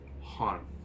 harm